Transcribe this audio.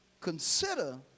consider